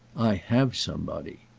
i have somebody.